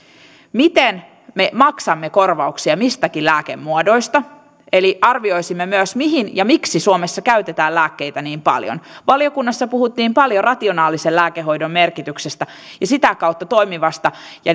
miten me maksamme korvauksia mistäkin lääkemuodoista eli arvioisimme myös mihin ja miksi suomessa käytetään lääkkeitä niin paljon valiokunnassa puhuttiin paljon rationaalisen lääkehoidon merkityksestä ja sitä kautta toimivasta ja